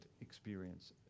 experience